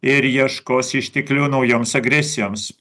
ir ieškos išteklių naujoms agresijoms